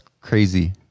crazy